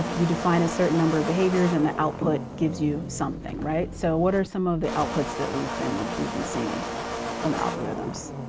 you define a certain number of behaviors and the output gives you something, right? so what are some of the outputs that we've been we've been seeing from algorithms?